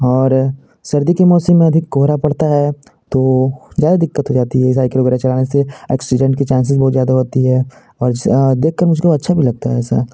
और सर्दी के मौसम में अधिक कोहरा पड़ता है तो ज़्यादा दिक़्क़त हो जाती है साइकिल वगैरह चलाने से ऐक्सीडेंट के चांसिज़ बहुत ज़्यादा होती हैं और देखकर मुझको अच्छा भी लगता है ऐसा